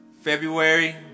February